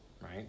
right